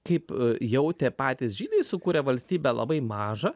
kaip jautė patys žydai sukūrę valstybę labai mažą